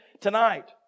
tonight